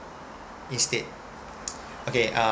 instead okay uh